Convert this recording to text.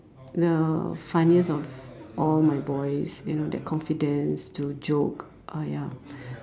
the funniest of all my boys you know that confidence to joke ah ya